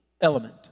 element